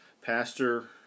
Pastor